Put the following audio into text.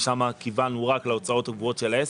ששם כיוונו רק להוצאות קבועות של העסק.